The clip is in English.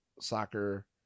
soccer